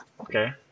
Okay